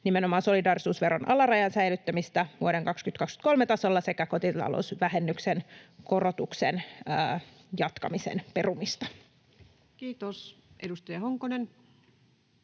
nimenomaan solidaarisuusveron alarajan säilyttämistä vuoden 2023 tasolla sekä kotitalousvähennyksen korotuksen jatkamisen perumista. [Speech 264] Speaker: